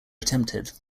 attempted